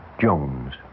Jones